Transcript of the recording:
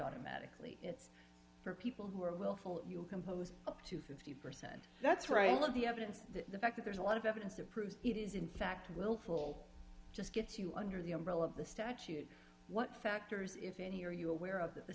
automatically it's people who are willful you can post up to fifty percent that's right all of the evidence that the fact that there's a lot of evidence to prove it is in fact willful just gets you under the umbrella of the statute what factors if any are you aware of that the